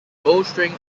bowstring